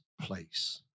place